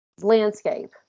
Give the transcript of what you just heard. landscape